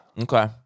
Okay